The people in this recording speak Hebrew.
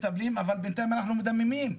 אבל בינתיים אנחנו מדממים.